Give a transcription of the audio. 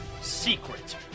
secret